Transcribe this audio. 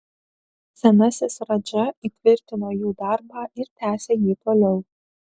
senasis radža įtvirtino jų darbą ir tęsė jį toliau